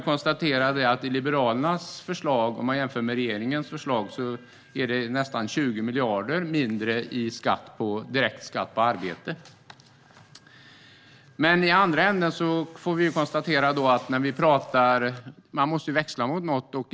I Liberalernas förslag är det jämfört med regeringens förslag nästan 20 miljarder mindre i direkt skatt på arbete. Men man måste ju växla mot något.